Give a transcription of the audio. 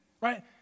Right